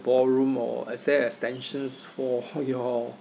ballroom or is there extensions for your